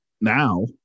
now